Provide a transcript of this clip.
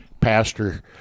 Pastor